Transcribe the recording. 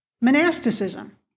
monasticism